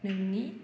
नोंनि